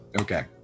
okay